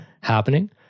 happening